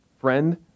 friend